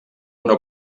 una